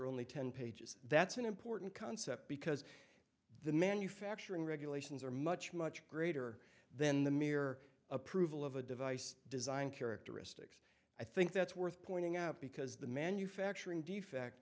are only ten pages that's an important concept because the manufacturing regulations are much much greater than the mere approval of a device design characteristics i think that's worth pointing out because the manufacturing defect